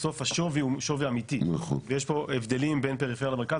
בסוף השווי הוא שווי אמיתי ויש פה הבדלים בין פריפריה למרכז,